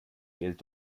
geld